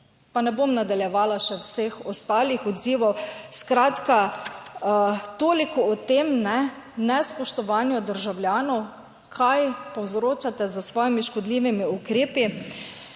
Pa ne bom nadaljevala še vseh ostalih odzivov. Skratka toliko o tem, ne, nespoštovanju državljanov, kaj povzročate s svojimi škodljivimi ukrepi.